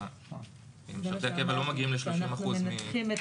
כי משרתי הקבע לא מגיעים ל-30% מהמשרתים.